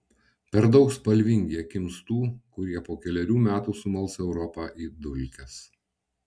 per daug spalvingi akims tų kurie po kelerių metų sumals europą į dulkes